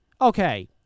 okay